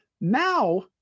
Now